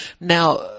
Now